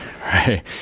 right